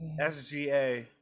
SGA